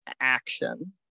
action